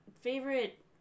Favorite